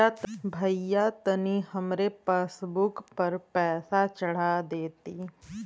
भईया तनि हमरे पासबुक पर पैसा चढ़ा देती